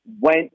went